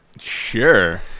Sure